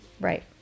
Right